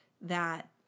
that-